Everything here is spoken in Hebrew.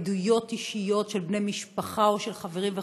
מעדויות אישיות של בני משפחה או של חברים וכדומה,